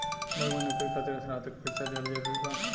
Bank में नौकरी खातिर स्नातक के परीक्षा दिहल जरूरी बा?